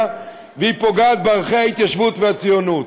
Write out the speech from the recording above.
והיא פוגעת בערכי ההתיישבות והציונות.